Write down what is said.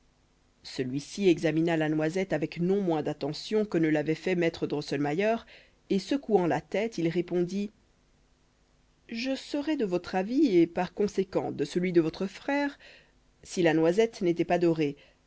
celui-ci examina la noisette avec non moins d attention que ne l'avait fait maître drosselmayer et secouant la tête il répondit je serais de votre avis et par conséquent de celui de votre frère si la noisette n'était pas dorée